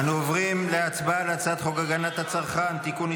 אנו עוברים להצבעה על הצעת חוק הגנת הצרכן (תיקון,